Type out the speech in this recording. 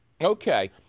Okay